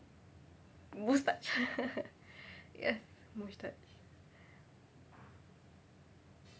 moustache ya moustache